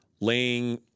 laying